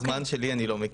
בזמן שלי אני לא מכיר.